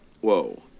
whoa